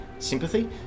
sympathy